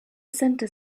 center